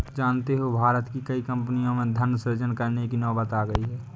जानते हो भारत की कई कम्पनियों में धन सृजन करने की नौबत आ गई है